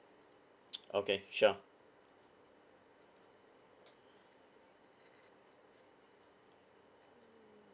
okay sure